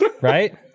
Right